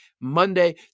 Monday